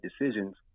decisions